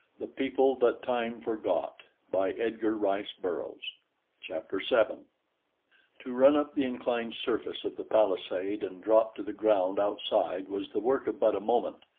the people that time forgot by edgar rice burroughs chapter seven to run up the inclined surface of the palisade and drop to the ground outside was the work of but a moment,